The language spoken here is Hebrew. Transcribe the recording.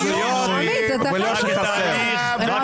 אתה צריך ללמוד לקרוא יותר טוב.